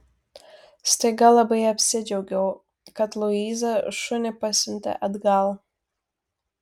staiga labai apsidžiaugiau kad luiza šunį pasiuntė atgal